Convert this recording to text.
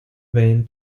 vain